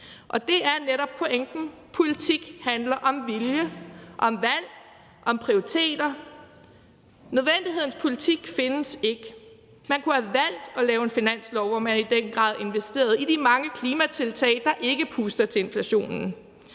og det er netop pointen: Politik handler om vilje, om valg, om prioriteter. Nødvendighedens politik findes ikke. Man kunne have valgt at lave en finanslov, hvor man i den grad investerede i de mange klimatiltag, der ikke puster til inflationen,